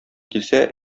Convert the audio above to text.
килсә